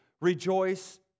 rejoice